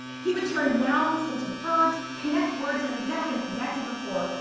he would turn nouns into verbs, connect words that had never been connected before.